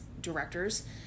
directors